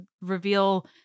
reveal